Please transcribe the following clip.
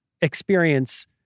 experience